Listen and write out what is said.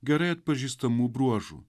gerai atpažįstamų bruožų